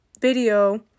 video